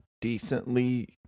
decently